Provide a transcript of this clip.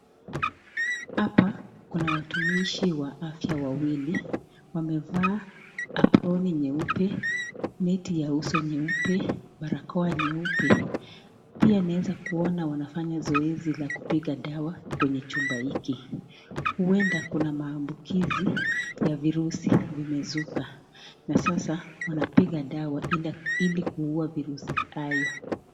Hapa kuna watumishi wa afya wawili wamevaa aproni nyeupe neti ya uso nyeupe barakoa nyeupe. Pia naweza kuona wanafanya zoezi la kupiga dawa kwenye chumba hiki huenda kuna maambukizi ya virusi vimezuka na sasa wanapiga dawa ili kuua vizusi hayo.